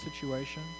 situation